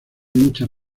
muchas